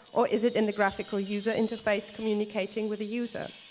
or is it in the graphical user interface communicating with the user?